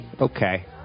okay